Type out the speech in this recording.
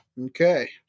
Okay